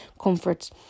comfort